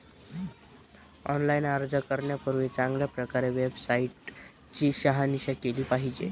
online अर्ज करण्यापूर्वी चांगल्या प्रकारे वेबसाईट ची शहानिशा केली पाहिजे